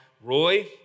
Roy